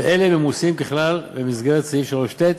ואלה ממוסים ככלל, במסגרת סעיף 3(ט)